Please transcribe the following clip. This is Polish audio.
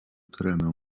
tremę